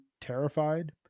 terrified